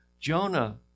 Jonah